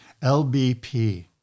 LBP